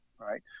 right